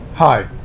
Hi